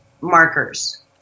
markers